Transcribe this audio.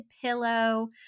pillow